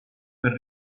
per